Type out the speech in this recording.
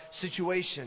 situation